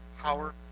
power